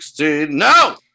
no